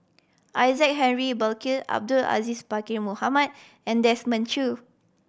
Isaac Henry Burkill Abdul Aziz Pakkeer Mohamed and Desmond Choo